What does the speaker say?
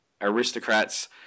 aristocrats